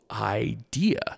idea